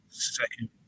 Second